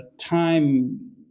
time